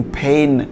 pain